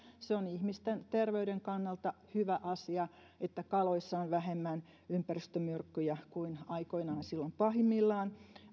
se on ihmisten terveyden kannalta hyvä asia että kaloissa on vähemmän ympäristömyrkkyjä kuin silloin aikoinaan pahimmillaan